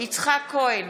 יצחק כהן,